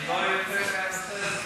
לא ארפה מהנושא הזה.